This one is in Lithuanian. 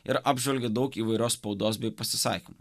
ir apžvelgia daug įvairios spaudos bei pasisakymų